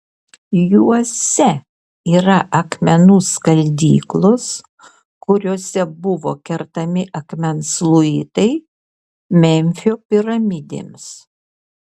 juose yra akmenų skaldyklos kuriose buvo kertami akmens luitai memfio piramidėms